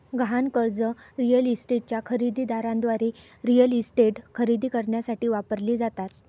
गहाण कर्जे रिअल इस्टेटच्या खरेदी दाराद्वारे रिअल इस्टेट खरेदी करण्यासाठी वापरली जातात